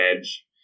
edge